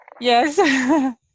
yes